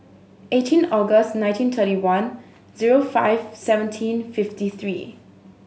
eighteen August nineteen thirty one zero five seventeen fifty three